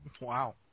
Wow